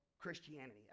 Christianity